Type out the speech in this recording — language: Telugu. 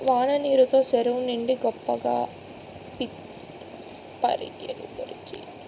వాన నీరు తో సెరువు నిండి గొప్పగా పిత్తపరిగెలు దొరికేయి